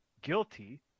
guilty